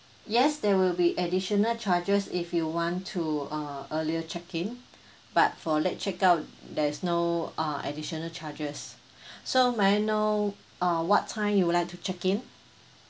yes there will be additional charges if you want to uh earlier check in but for late check out there's no uh additional charges so may I know uh what time you would like to check in